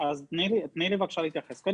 תני לי, בבקשה, להתייחס.